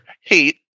hate